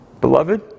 Beloved